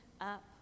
up